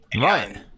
Right